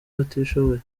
batishoboye